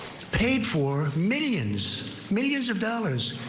paid for millions millions of dollars.